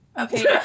Okay